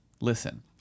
listen